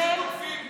חבר הכנסת אופיר כץ.